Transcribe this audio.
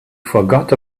forgot